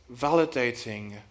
validating